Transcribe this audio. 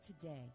today